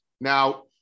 Now